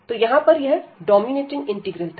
तो यहां पर यह डोमिनेटिंग इंटीग्रल था